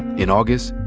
in august,